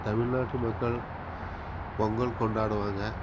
தமிழ் நாட்டு மக்கள் பொங்கல் கொண்டாடுவாங்க